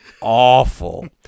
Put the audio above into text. awful